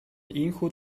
ийнхүү